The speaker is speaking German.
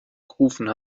gerufen